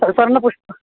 स्वर्णपुष्पम्